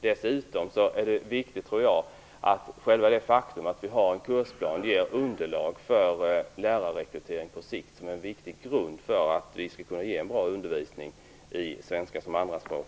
Dessutom är det viktigt att själva det faktum att vi har en kursplan ger underlag för lärarrekrytering på sikt, som är en viktig grund för att vi skall kunna ge en bra undervisning i svenska som andraspråk.